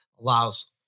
allows